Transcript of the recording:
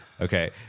Okay